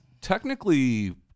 technically